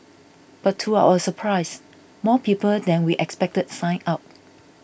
but to our surprise more people than we expected signed up